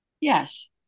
Yes